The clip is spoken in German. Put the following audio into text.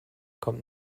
kommt